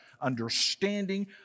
understanding